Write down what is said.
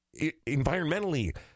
environmentally